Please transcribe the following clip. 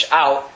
out